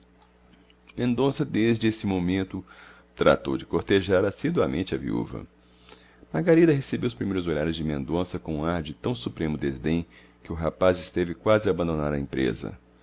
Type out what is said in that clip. mendonça desde esse momento tratou de cortejar assiduamente a viúva margarida recebeu os primeiros olhares de mendonça com um ar de tão supremo desdém que o rapaz esteve quase a abandonar a empresa